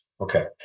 Okay